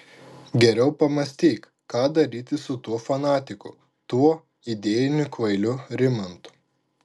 geriau pamąstyk ką daryti su tuo fanatiku tuo idėjiniu kvailiu rimantu